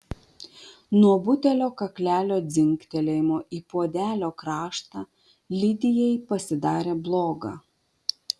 nuo butelio kaklelio dzingtelėjimo į puodelio kraštą lidijai pasidarė bloga